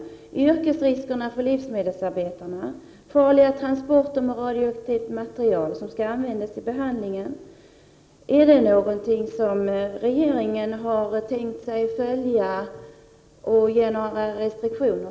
Har regeringen tänkt följa upp och ge några restriktioner när det gäller yrkesrisker för livsmedelsarbetarna och farliga transporter med radioaktivt material som skall användas i behandlingen?